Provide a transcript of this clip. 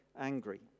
angry